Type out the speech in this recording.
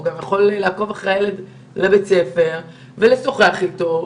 הוא גם יכול לעקוב אחר הילד לבית הספר ולשוחח אתו,